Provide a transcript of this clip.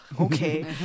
Okay